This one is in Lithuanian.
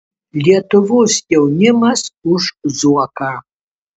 lietuvos jaunimas už zuoką